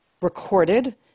recorded